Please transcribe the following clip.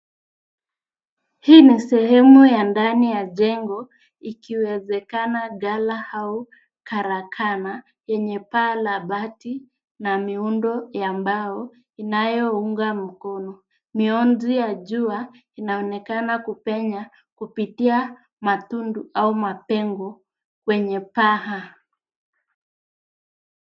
Hii ni sehemu ya ndani ya jengo, ikiwezekana ghala au karakana yenye paa la bati na miundo ya mbao inayounga mkono. Mionzi ya jua inaonekana kupenya kupitia matundu au mapengo kwenye paa.